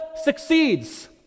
succeeds